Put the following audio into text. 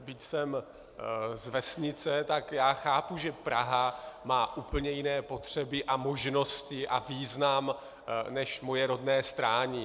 Byť jsem z vesnice, tak chápu, že Praha má úplně jiné potřeby a možnosti a význam než moje rodné Strání.